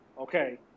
okay